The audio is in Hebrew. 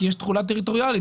כי תחולה טריטוריאלית,